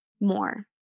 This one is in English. more